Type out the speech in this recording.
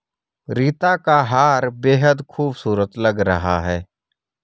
रीता का हार बेहद खूबसूरत लग रहा है